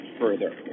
further